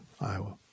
Iowa